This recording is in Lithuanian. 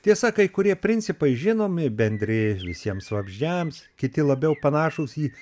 tiesa kai kurie principai žinomi bendri visiems vabzdžiams kiti labiau panašūs į